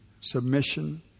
submission